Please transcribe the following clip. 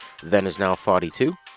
thenisnow42